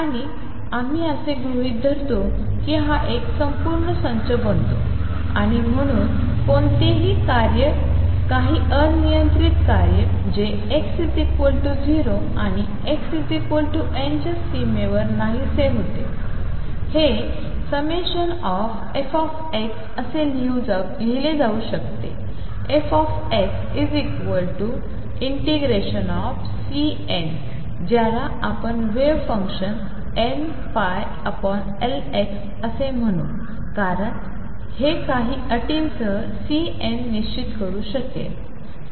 आणि आम्ही असे गृहीत धरतो की हा एक पूर्ण संच बनतो आणि म्हणून कोणतेही कार्य काही अनियंत्रित कार्य जे x 0 आणि x L च्या सीमेवर नाहीसे होते हे ∑f असे लिहिले जाऊ शकते f ∫ C n ज्याला आपण wave functions nπ L x असे मन्हू कारण हे काही अटींसह C n निश्चित करू शकेल